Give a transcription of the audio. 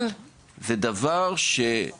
אבל אנחנו יודעים שזה לא מספיק.